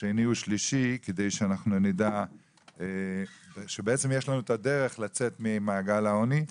שני ושלישי כדי שאנחנו נדע שבעצם יש לנו את הדרך לצאת ממעגל העוני.